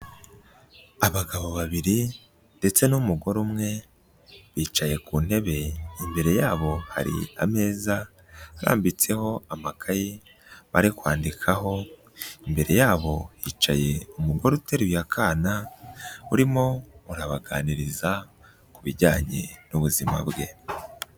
Abagabo babiri ndetse n'umugore umwe bicaye ku ntebe, imbere yabo hari ameza arambitseho amakaye bari kwandikaho, imbere yabo hicaye umugore uteruye akana urimo urabaganiriza ku bijyanye n'ubuzima bwe.